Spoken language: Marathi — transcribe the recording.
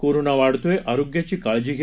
कोरोना वाढतोय आरोग्याची काळजी घ्या